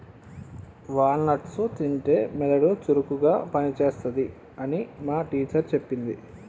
wall nuts తింటే మెదడు చురుకుగా పని చేస్తది అని మా టీచర్ చెప్పింది